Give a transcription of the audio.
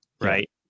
right